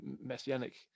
messianic